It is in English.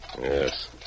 Yes